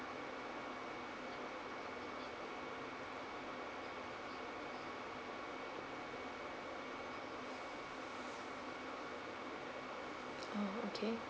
oh okay